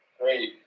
great